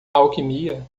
alquimia